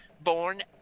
born